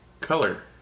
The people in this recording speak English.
color